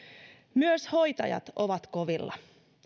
myös hoitajat ovat kovilla